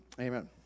Amen